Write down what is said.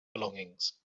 belongings